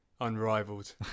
Unrivaled